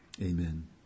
Amen